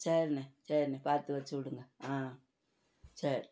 சரிண்ண சரிண்ண பார்த்து வச்சிவிடுங்க ஆ சரி